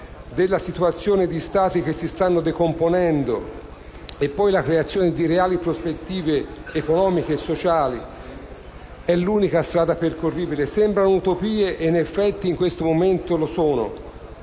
della situazione di Stati che si stanno decomponendo e, poi, la creazione di reali prospettive economiche e sociali sono l'unica strada percorribile. Sembrano utopie (in effetti, in questo momento lo sono),